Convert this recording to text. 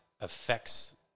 affects